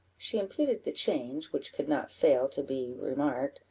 she imputed the change, which could not fail to be remarked,